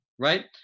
Right